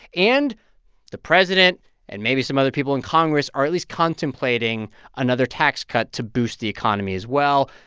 and the president and maybe some other people in congress are at least contemplating another tax cut to boost the economy as well.